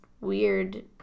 weird